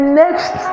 next